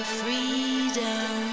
freedom